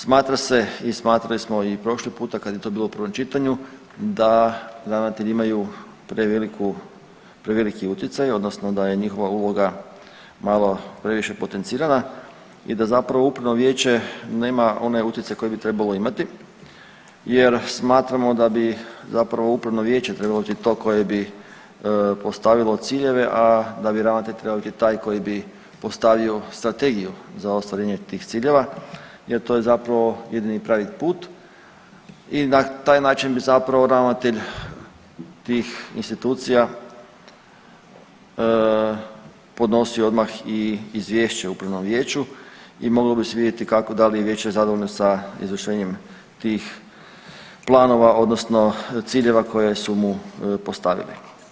Smatra se i smatrali smo i prošli puta kada je to bilo u prvom čitanju da ravnatelji imaju preveliki utjecaj odnosno da je njihova uloga malo previše potencirana i da zapravo upravo vijeće nema onaj utjecaj koji bi trebalo imati jer smatramo da bi zapravo upravno vijeće trebalo biti to koje bi postavilo ciljeve, a da bi ravnatelj trebao biti taj koji bi postavio strategiju za ostvarenje tih ciljeva jer to je zapravo jedini pravi put i na taj način bi zapravo ravnatelj tih institucija podnosio odmah i izvješće upravnom vijeću i moglo bi se vidjeti da li je vijeće zadovoljno sa izvršenjem tih planova odnosno ciljeva koje su mu postavili.